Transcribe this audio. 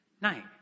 night